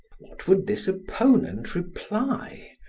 what would this opponent reply?